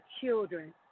children